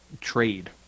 trade